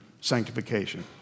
sanctification